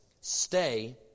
stay